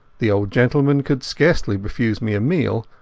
the old gentleman could scarcely refuse me a meal,